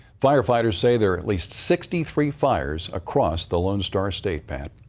firefighters say there at least sixty three fires across the lone star state, pat.